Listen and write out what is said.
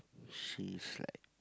she's like